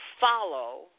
follow